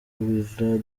ibirayi